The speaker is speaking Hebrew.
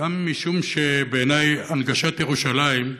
וגם משום שבעיני הנגשת ירושלים,